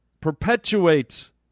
perpetuates